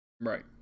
right